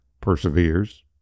perseveres